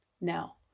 Now